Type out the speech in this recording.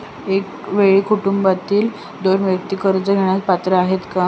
एका वेळी कुटुंबातील दोन व्यक्ती कर्ज घेण्यास पात्र होतात का?